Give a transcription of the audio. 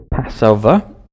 Passover